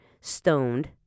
Stoned